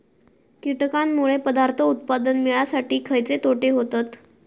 कीटकांनमुळे पदार्थ उत्पादन मिळासाठी खयचे तोटे होतत?